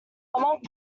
month